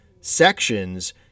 sections